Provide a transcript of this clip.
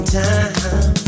time